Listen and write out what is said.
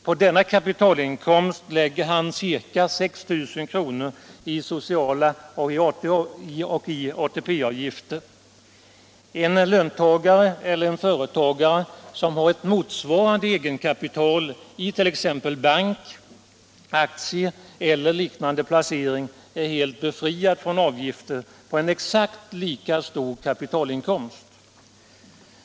På denna kapitalinkomst lägger han ca 6 000 kr. i socialoch ATP-avgifter. En löntagare eller en företagare som har ett motsvarande egenkapital i t.ex. bank, aktier eller liknande placering är helt befriad från avgifter på en exakt lika stor kapitalinkomst.